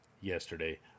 yesterday